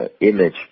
image